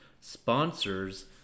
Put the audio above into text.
sponsors